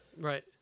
Right